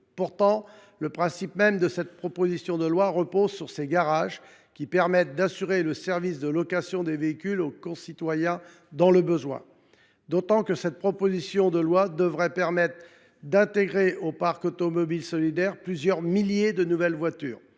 Pourtant, dans son principe même, cette proposition de loi repose sur ces garages qui permettent d’assurer un service de location de véhicules à nos concitoyens dans le besoin. Le texte devrait permettre d’intégrer au parc automobile solidaire plusieurs milliers de nouvelles voitures